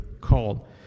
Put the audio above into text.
called